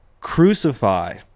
crucify